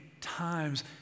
times